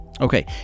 Okay